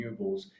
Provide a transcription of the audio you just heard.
renewables